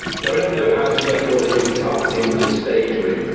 now we don't know as yet whether he'll be targeting just stage wins,